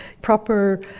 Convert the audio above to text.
proper